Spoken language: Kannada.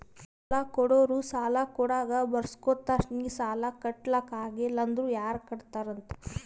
ಸಾಲಾ ಕೊಡೋರು ಸಾಲಾ ಕೊಡಾಗ್ ಬರ್ಸ್ಗೊತ್ತಾರ್ ನಿ ಸಾಲಾ ಕಟ್ಲಾಕ್ ಆಗಿಲ್ಲ ಅಂದುರ್ ಯಾರ್ ಕಟ್ಟತ್ತಾರ್ ಅಂತ್